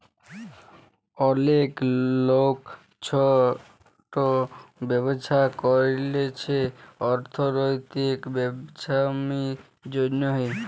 অলেক লক ছট ব্যবছা ক্যইরছে অথ্থলৈতিক ছাবলম্বীর জ্যনহে